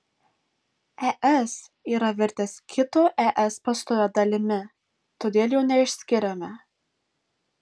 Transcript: es yra virtęs kito es pastovia dalimi todėl jo neišskiriame